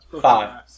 Five